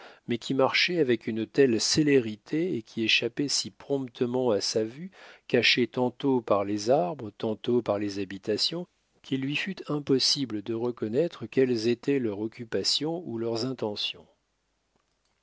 mais qui marchaient avec une telle célérité et qui échappaient si promptement à sa vue cachés tantôt par les arbres tantôt par les habitations qu'il lui fut impossible de reconnaître quelles étaient leur occupation ou leurs intentions